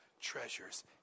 treasures